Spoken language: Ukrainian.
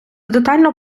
детально